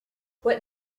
what